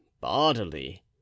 bodily